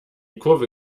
kurve